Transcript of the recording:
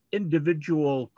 individual